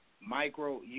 micro